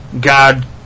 God